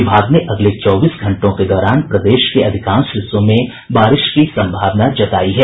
विभाग ने अगले चौबीस घंटों के दौरान प्रदेश के अधिकांश हिस्सों में बारिश की संभावना जतायी है